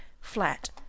flat